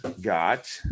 got